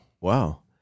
wow